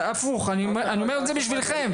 אני אומר את זה בשבילכם.